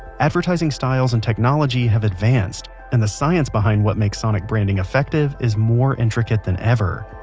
advertising styles and technology have advanced. and the science behind what makes sonic branding effective is more intricate than ever.